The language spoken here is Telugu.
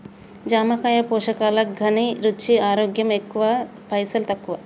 జామకాయ పోషకాల ఘనీ, రుచి, ఆరోగ్యం ఎక్కువ పైసల్ తక్కువ